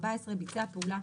ביצע פעולה